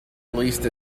released